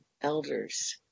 elders